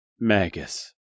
Magus